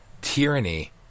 Tyranny